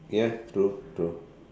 ya it's true true